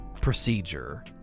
procedure